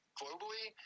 globally